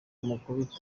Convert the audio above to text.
amukubita